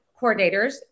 coordinators